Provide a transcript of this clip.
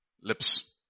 lips